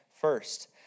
first